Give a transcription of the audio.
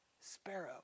sparrow